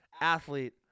athlete